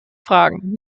fragen